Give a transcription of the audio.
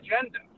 agenda